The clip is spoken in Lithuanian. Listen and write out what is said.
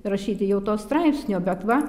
rašyti jau to straipsnio bet va